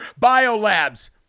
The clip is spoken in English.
BioLabs